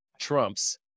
trumps